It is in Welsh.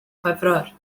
chwefror